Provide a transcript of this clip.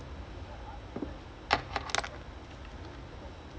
it's like Arsenal like you win also they talk shit you lose also talk shit